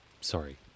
sorry